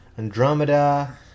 Andromeda